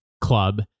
club